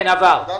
כן, עבר.